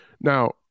now